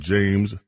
James